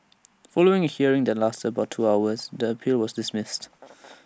following A hearing that lasted about two hours the appeal was dismissed